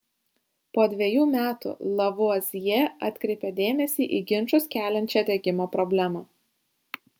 po dvejų metų lavuazjė atkreipė dėmesį į ginčus keliančią degimo problemą